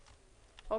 לא.